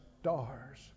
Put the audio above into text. stars